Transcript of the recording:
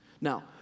Now